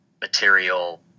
material